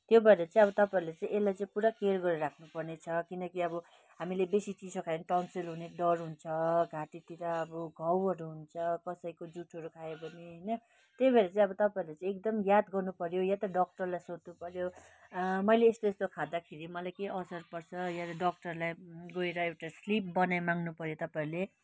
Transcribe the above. त्यो भएर चाहिँ अब तपाईँहरूलाई चाहिँ यसलाई चाहिँ पुरा केयर गरेर राख्नु पर्नेछ किनकि अब हामीले बेसी चिसो खायो भने टन्सिल हुने डर हुन्छ घाँटीतिर अब घाउहरू हुन्छ कसैको जुठोहरू खायो भने होइन त्यही भएर चाहिँ अब तपाईँहरूले चाहिँ एकदम याद गर्नु पर्यो वा त डक्टरलाई सोध्नु पर्यो मैले यस्तो यस्तो खाँदाखेरि मलाई के असर पर्छ वा त डक्टरलाई गएर एउटा स्लिप बनाइ माग्नु पर्यो तपाईँहरूले